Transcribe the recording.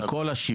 על כל השבעה,